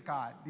God